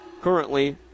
currently